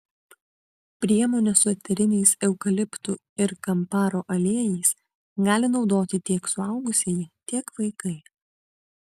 priemonę su eteriniais eukaliptų ir kamparo aliejais gali naudoti tiek suaugusieji tiek vaikai